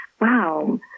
wow